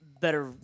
better